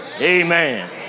Amen